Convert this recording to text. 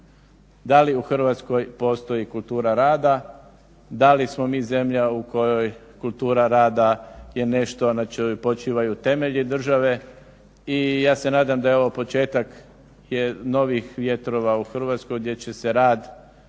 Da li u Hrvatskoj postoji kultura rada? Da li smo mi zemlja u kojoj kultura rada je nešto na čemu počivaju temelji države i ja se nadam da je ovo početak novih vjetrova u Hrvatskoj gdje će se rad,